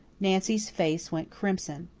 nancy's face went crimson.